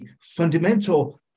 fundamental